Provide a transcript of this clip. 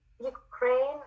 Ukraine